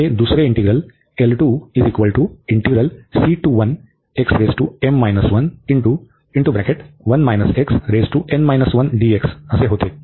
तर हा दुसरा इंटीग्रल होता